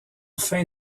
fin